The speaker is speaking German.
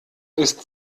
ist